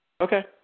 Okay